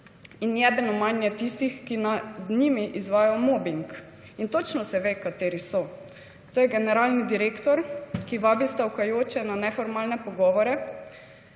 In »jebeno manj« je tistih, ki nad njimi izvajajo mobing. In točno se ve, kateri so. To je generalni direktor, ki vabi stavkajoče na neformalne pogovore,